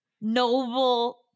noble